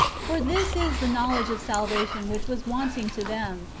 for this is the knowledge of salvation which was wanting to them,